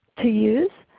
to use,